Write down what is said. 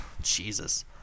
Jesus